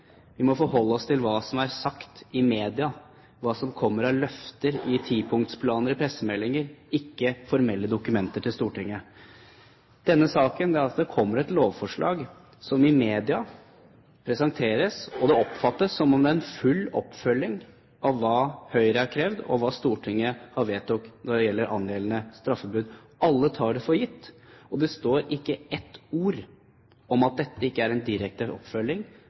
Vi må forholde oss til hva som blir sagt i media, hva som kommer av løfter i tipunktsplaner i pressemeldinger, ikke til formelle dokumenter til Stortinget. Det kommer et lovforslag som presenteres i media, og det oppfattes som om det er en full oppfølging av hva Høyre har krevd, og hva Stortinget har vedtatt når det gjelder angjeldende straffebud. Alle tar det for gitt, og det står ikke ett ord om at dette ikke er en direkte oppfølging